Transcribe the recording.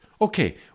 Okay